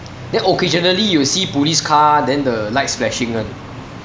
then occasionally you will see police car then the lights flashing [one]